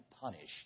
punished